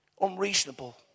unreasonable